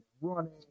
running